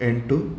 ಎಂಟು